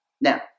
Now